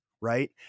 right